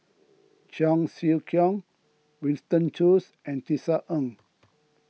Cheong Siew Keong Winston Choos and Tisa Ng